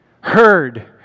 heard